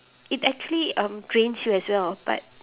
it actually um trains you as well but